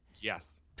Yes